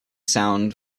sound